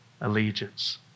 allegiance